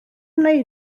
wnei